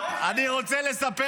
לא, אני רוצה לספר